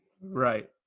Right